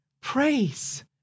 praise